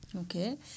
Okay